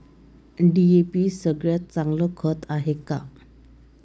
DAP सगळ्यात चांगलं खत हाये का?